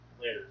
later